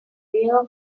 real